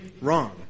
wrong